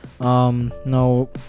No